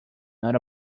not